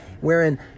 wherein